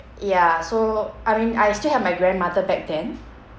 ya so I mean I still have my grandmother back then